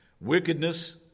Wickedness